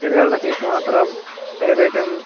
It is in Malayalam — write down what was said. ചെറിയ ആളുടെ ഫീസ് മാത്രം ഏകദേശം